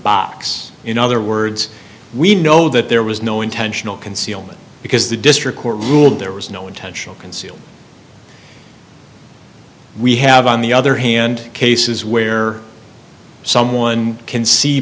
box in other words we know that there was no intentional concealment because the district court ruled there was no intentional concealed we have on the other hand cases where someone can see